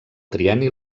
trienni